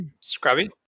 scrubby